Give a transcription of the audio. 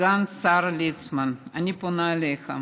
סגן השר ליצמן, אני פונה אליך.